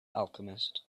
alchemist